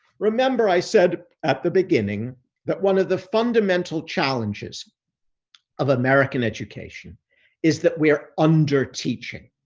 remember i said at the beginning that one of the fundamental challenges of american education is that we are under teaching.